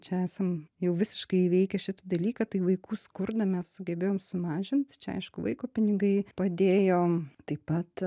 čia esam jau visiškai įveikę šitą dalyką tai vaikų skurdą mes sugebėjom sumažint čia aišku vaiko pinigai padėjo taip pat